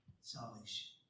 salvation